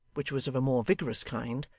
which was of a more vigorous kind,